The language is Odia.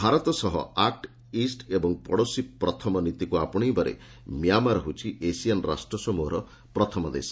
ଭାରତ ସହ ଆକୁ ଇଷ୍ଟ୍ ଏବଂ ପଡ଼ୋଶୀ ପ୍ରଥମ ନୀତିକୁ ଆପଣେଇବାରେ ମିଆଁମାର ହେଉଛି ଏସିଆନ୍ ରାଷ୍ଟ୍ରସମୂହର ପ୍ରଥମ ଦେଶ